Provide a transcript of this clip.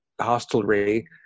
hostelry